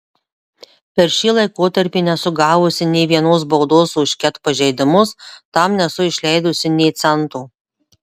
per šį laikotarpį nesu gavusi nė vienos baudos už ket pažeidimus tam nesu išleidusi nė cento